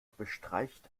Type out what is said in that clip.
bestreicht